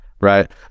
right